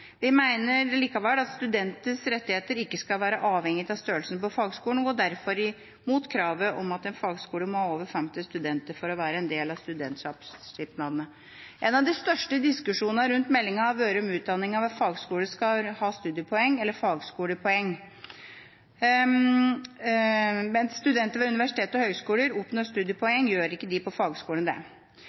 Vi mener likevel at studentenes rettigheter ikke skal være avhengige av størrelsen på fagskolen, og går derfor imot kravet om at en fagskole må ha over 50 studenter for å være en del av studentsamskipnadene. En av de største diskusjonene rundt meldinga har vært om utdanningen ved fagskoler skal ha studiepoeng eller fagskolepoeng. Mens studenter ved universitet og høyskoler oppnår studiepoeng, gjør ikke de på fagskolene det.